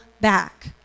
back